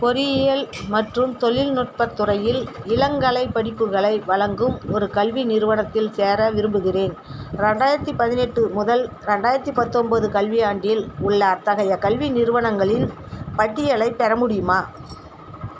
பொறியியல் மற்றும் தொழில்நுட்பத் துறையில் இளங்கலைப் படிப்புகளை வழங்கும் ஒரு கல்வி நிறுவனத்தில் சேர விரும்புகிறேன் ரெண்டாயிரத்து பதினெட்டு முதல் ரெண்டாயிரத்து பத்தொன்பது கல்வியாண்டில் உள்ள அத்தகைய கல்வி நிறுவனங்களின் பட்டியலைப் பெற முடியுமா